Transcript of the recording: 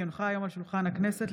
כי הונחה היום על שולחן הכנסת,